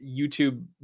YouTube